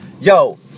Yo